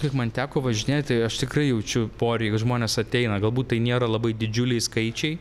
kiek man teko važinėti aš tikrai jaučiu poreikį žmonės ateina galbūt tai nėra labai didžiuliai skaičiai